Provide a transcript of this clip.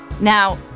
Now